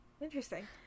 Interesting